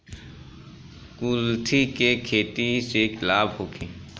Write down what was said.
कुलथी के खेती से लाभ होखे?